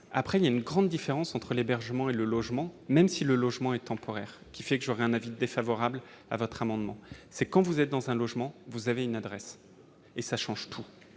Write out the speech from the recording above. dit, il y a une grande différence entre l'hébergement et le logement, même si le logement est temporaire. C'est pourquoi j'émettrai un avis défavorable sur votre amendement. Quand vous occupez un logement, vous avez une adresse, et cela change tout.